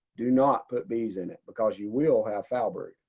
do not put bees in it because you will have foulbrood.